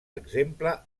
exemple